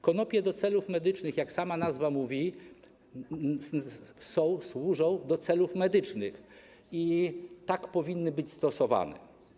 Konopie do celów medycznych, jak sama nazwa wskazuje, służą do celów medycznych i tak powinny być stosowane.